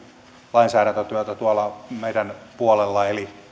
lainsäädäntötyötä tuolla meidän puolella eli